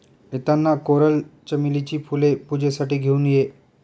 येताना कोरल चमेलीची फुले पूजेसाठी घेऊन ये